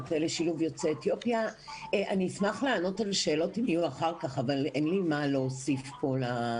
אני אשמח לענות על שאלות אם יהיו אחר כך אבל אין לי מה להוסיף לדיון.